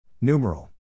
Numeral